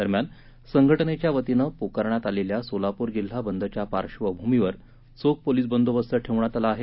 दरम्यान संघटनेच्या वतीनं पुकारण्यात आलेल्या सोलापूर जिल्हा बंदच्या पार्श्वभूमीवर चोख पोलीस बंदोबस्त ठेवण्यात आला आहे